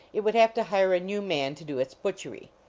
it would have to hire a new man to do its butchery.